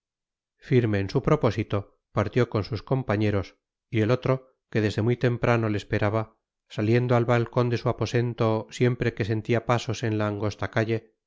en su propósito partió con sus compañeros y el otro que desde muy temprano le esperaba saliendo al balcón de su aposento siempre que sentía pasos en la angosta calle